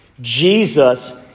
Jesus